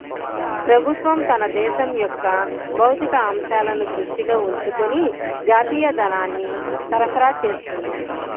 ప్రభుత్వం తన దేశం యొక్క భౌతిక అంశాలను దృష్టిలో ఉంచుకొని జాతీయ ధనాన్ని సరఫరా చేస్తుంది